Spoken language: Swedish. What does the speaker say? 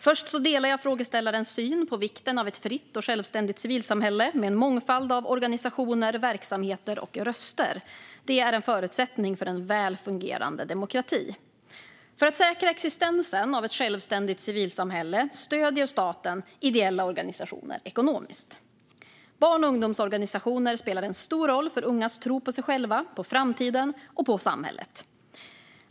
Jag delar frågeställarens syn på vikten av ett fritt och självständigt civilsamhälle med en mångfald av organisationer, verksamheter och röster. Det är en förutsättning för en väl fungerande demokrati. För att säkra existensen av ett självständigt civilsamhälle stöder staten ideella organisationer ekonomiskt. Barn och ungdomsorganisationer spelar en stor roll för ungas tro på sig själva, på framtiden och på samhället.